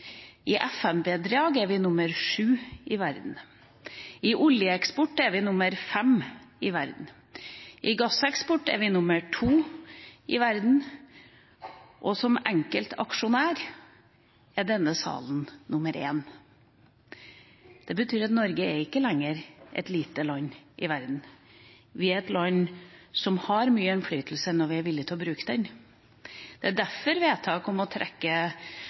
gjelder FN-bidrag, er vi nummer 7 i verden, innen oljeeksport er vi nummer 5 i verden, innen gasseksport er vi nummer 2 i verden, og som enkeltaksjonær er denne salen nummer 1. Det betyr at Norge ikke lenger er et lite land i verden – det er et land som har mye innflytelse, når vi er villig til å bruke den. Det er derfor vedtak om å trekke